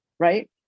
Right